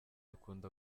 akunda